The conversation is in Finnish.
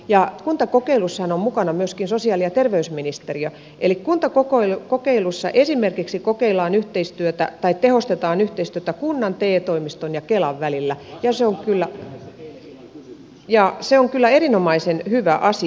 kuntakokeilussahan on mukana myöskin sosiaali ja terveysministeriö eli kuntakokeilussa esimerkiksi tehostetaan yhteistyötä kunnan te toimiston ja kelan välillä ja se on kyllä erinomaisen hyvä asia